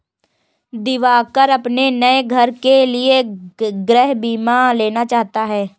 दिवाकर अपने नए घर के लिए गृह बीमा लेना चाहता है